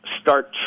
start